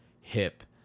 hip